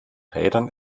rädern